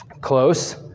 Close